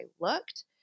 looked